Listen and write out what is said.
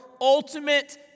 ultimate